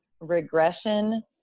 regression